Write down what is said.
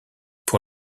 pour